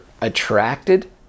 attracted